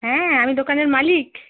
হ্যাঁ আমি দোকানের মালিক